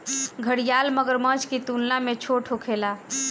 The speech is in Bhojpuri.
घड़ियाल मगरमच्छ की तुलना में छोट होखेले